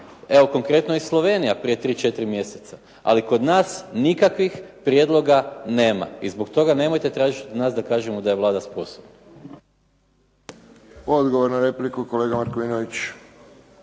Evo konkretno i Slovenija prije tri, četiri mjeseca ali kod nas nikakvih prijedloga nema. I zbog toga nemojte tražiti od nas da kažemo da je Vlada sposobna. **Friščić, Josip (HSS)** Odgovor na repliku kolega Markovinović.